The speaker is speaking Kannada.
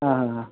ಹಾಂ ಹಾಂ ಹಾಂ